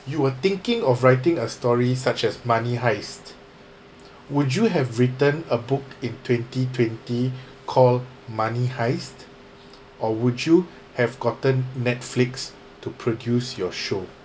you were thinking of writing a story such as money heist would you have written a book in twenty twenty called money heist or would you have gotten netflix to produce your show